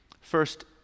First